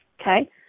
okay